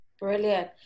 Brilliant